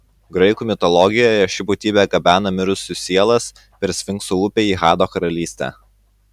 graikų mitologijoje ši būtybė gabena mirusiųjų sielas per sfinkso upę į hado karalystę